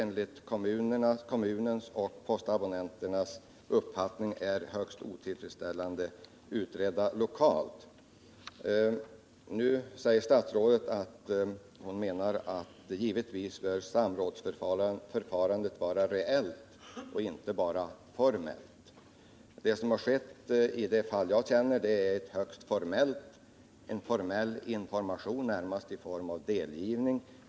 Nu säger statsrådet att givetvis bör samrådsförfarandet vara reellt och inte bara formellt. I det fall som jag känner till har det givits en högst formell information, närmast i form av en delgivning.